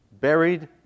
buried